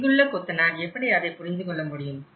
இங்குள்ள கொத்தனார் எப்படி அதை புரிந்துகொள்ள முடியும்